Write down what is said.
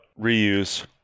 reuse